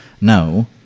no